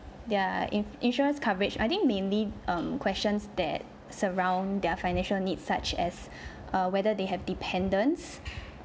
their if insurance coverage I think mainly um questions that surround their financial needs such as err whether they have dependents